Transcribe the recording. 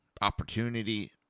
opportunity